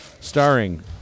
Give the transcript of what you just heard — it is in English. Starring